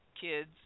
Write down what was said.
kids